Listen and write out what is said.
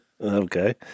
Okay